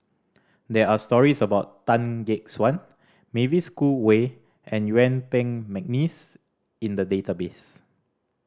there are stories about Tan Gek Suan Mavis Khoo Oei and Yuen Peng McNeice in the database